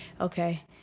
okay